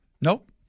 Nope